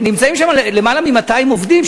נמצאים שם למעלה מ-200 עובדים,